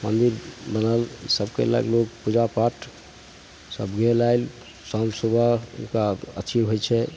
मन्दिर बनल सबके लै गेल लोक पूजापाठ सभ गेल आएल शाम सुबह हुनका अथी होइ छै